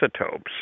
isotopes